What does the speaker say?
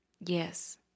Yes